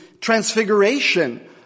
transfiguration